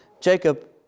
Jacob